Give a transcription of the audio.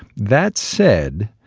that said,